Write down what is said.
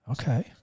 Okay